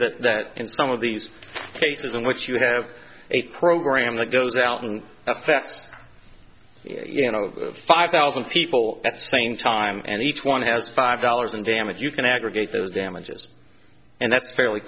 that in some of these cases in which you have a program that goes out and affects you know five thousand people at the same time and each one has five dollars in damage you can aggregate those damages and that's fairly